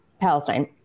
Palestine